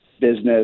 business